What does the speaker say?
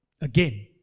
again